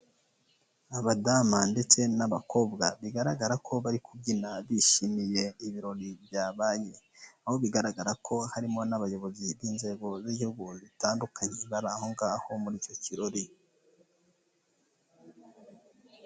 Abadamu ndetse n'abakobwa bigaragara ko bari kubyina bishimiye ibirori byabaye aho bigaragara ko harimo n'abayobozi b'inzego z'igihugu zitandukanye bari ahongaho muri icyo kirori.